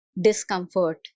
discomfort